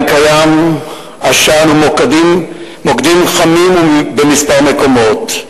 יש עשן ומוקדים חמים במספר מקומות,